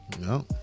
no